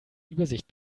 übersicht